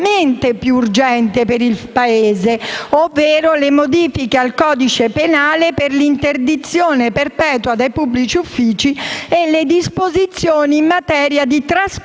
più urgente per il Paese, ovvero le modifiche al codice penale per l'interdizione perpetua dai pubblici uffici e le disposizioni in materia di trasparenza